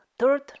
third